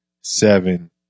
seven